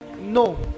No